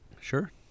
Sure